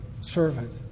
servant